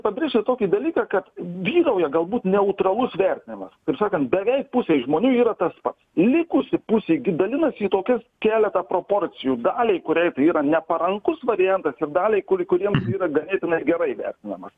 pabrėžčiau tokį dalyką kad vyrauja galbūt neutralus vertinimas kaip sakant beveik pusei žmonių yra tas pats likusi pusė dalinasi į tokias keletą proporcijų daliai kuriai yra neparankus variantas ir daliai kuri kuriems yra ganėtinai gerai vertinamas